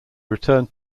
returned